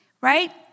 right